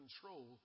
control